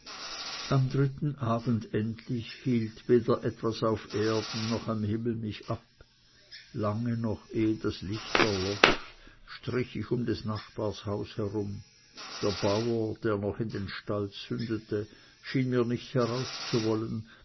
am dritten abend endlich hielt weder etwas auf erden noch am himmel mich ab lange noch ehe das licht erlosch strich ich um des nachbars haus herum der bauer der noch in den stall zündete schien mir nicht heraus